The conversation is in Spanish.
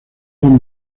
van